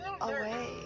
away